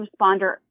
responder